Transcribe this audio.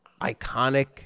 iconic